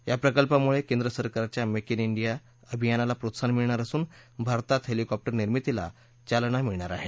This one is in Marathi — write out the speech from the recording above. या प्रकल्पामुळे केंद्रसरकारच्या मेक उन ाहिया अभियानाला प्रोत्साहन मिळणार असून भारतात हेलिकॉप्टर निर्मितीला चालना मिळणार आहे